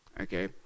okay